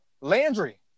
Landry